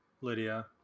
Lydia